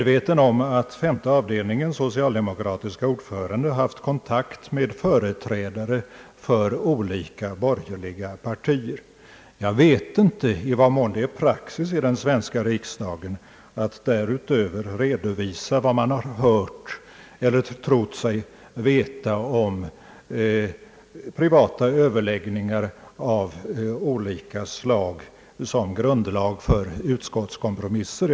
Jag känner till att femte avdelningens socialdemokratiske ordförande haft kontakt med företrädare för olika borgerliga partier. Jag vet inte i vad mån det är praxis i den svenska riksdagen att därutöver redovisa vad man har hört eller tror sig veta om privata överläggningar av olika slag som grundval för utskottskompromisser.